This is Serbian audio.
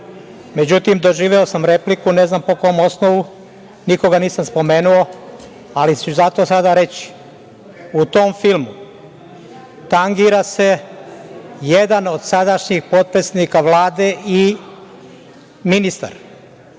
Međutim, doživeo sam repliku, ne znam po kom osnovu? Nikoga nisam spomenuo, ali ću zato sada reći.U tom filmu tangira se jedan od sadašnjih potpredsednika Vlade i ministar.